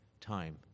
time